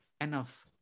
enough